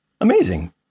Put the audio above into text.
Amazing